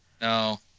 No